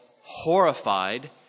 horrified